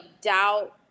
doubt